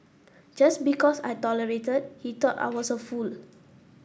just because I tolerated he thought I was a fool